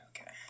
Okay